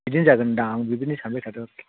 बिदिनो जागोन दां आं बिदिनो सानबाय थादों